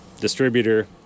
distributor